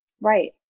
Right